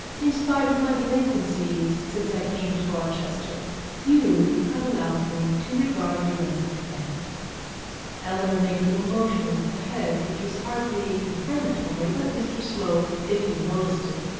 in spite of my delinquencies since i came to barchester you have allowed me to regard you as a friend eleanor made a little motion with her head which was hardly confirmatory, but mr slope if he noticed it,